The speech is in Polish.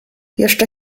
jeszcze